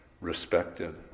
respected